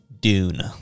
Dune